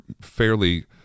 fairly